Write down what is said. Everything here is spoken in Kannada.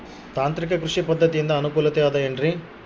ತಾಂತ್ರಿಕ ಕೃಷಿ ಪದ್ಧತಿಯಿಂದ ಅನುಕೂಲತೆ ಅದ ಏನ್ರಿ?